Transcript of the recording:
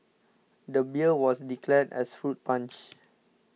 the beer was declared as fruit punch